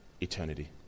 eternity